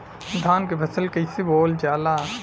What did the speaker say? धान क फसल कईसे बोवल जाला?